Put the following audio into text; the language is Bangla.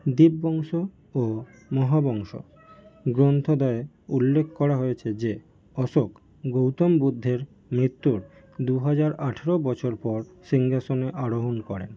দীপবংশ ও মহাবংশ গ্রন্থদ্বয়ে উল্লেখ করা হয়েছে যে অশোক গৌতম বুদ্ধের মৃত্যুর দু হাজার আঠেরো বছর পর সিংহাসনে আরোহণ করেন